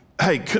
hey